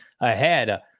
ahead